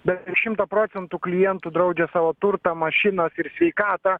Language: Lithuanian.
be šimto procentų klientų draudžia savo turtą mašiną ir sveikatą